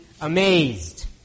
amazed